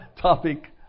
topic